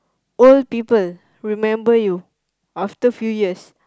old people remember you after few years